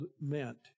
meant